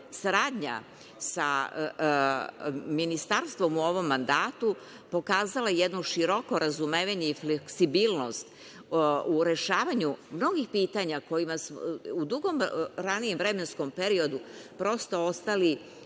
saradnja sa ministarstvom u ovom mandatu pokazala jedno široko razumevanje i fleksibilnost u rešavanju mnogih pitanja na koja smo u dugom ranijem vremenskom periodu prosto ostali